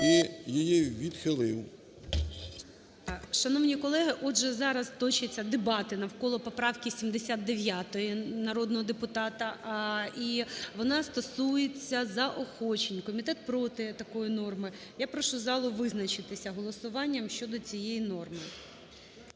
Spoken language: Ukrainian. і її відхилив. ГОЛОВУЮЧИЙ. Шановні колеги, отже, зараз точаться дебати навколо поправки 79 народного депутата, і вона стосується заохочень. Комітет проти такої норми. Я прошу залу визначитися голосуванням щодо цієї норми.